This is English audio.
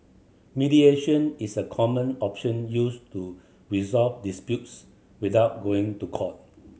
mediation is a common option used to resolve disputes without going to court